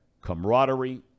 camaraderie